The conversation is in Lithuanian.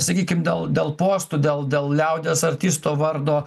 sakykim dėl dėl postų dėl dėl liaudies artisto vardo